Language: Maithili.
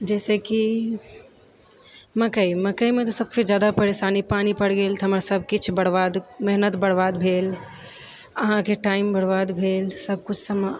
जैसेकि मकई मकईमे तऽ सबसँ जादा परेशानी पानि पड़ि गेल तऽ हमर सबकिछु बर्बाद मेहनत बर्बाद भेल अहाँके टाइम बर्बाद भेल सबकिछु समा